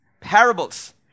Parables